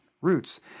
roots